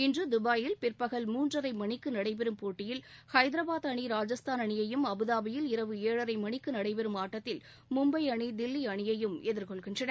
இன்று துபாயில் பிற்பகல் மூன்றரை மணிக்கு நடைபெறும் போட்டியில் ஹைதராபாத் அணி ராஜஸ்தான் அணியையும் அபுதாபியில் இரவு ஏழரை மணிக்கு நடைபெறும் ஆட்டத்தில் மும்பை அணி தில்லி அணியையும் எதிர்கொள்கின்றன